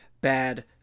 bad